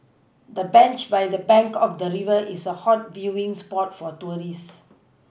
the bench by the bank of the river is a hot viewing spot for tourists